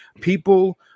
people